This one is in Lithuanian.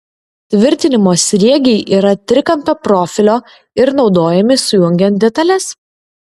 tvirtinimo sriegiai yra trikampio profilio ir naudojami sujungiant detales